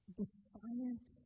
defiant